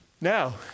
Now